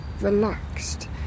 relaxed